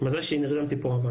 מזל שנרדמתי פה'.